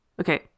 okay